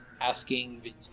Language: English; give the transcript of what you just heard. asking